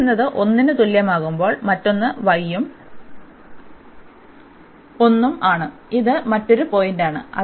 X എന്നത് 1 ന് തുല്യമാകുമ്പോൾ മറ്റൊന്ന് y ഉം 1 ആണ് ഇത് മറ്റൊരു പോയിന്റാണ്